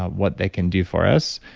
what they can do for us.